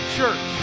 church